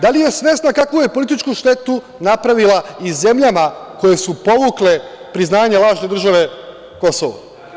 Da li je svesna kakvu je političku štetu napravila i zemljama koje su povukle priznanje lažne države Kosovo?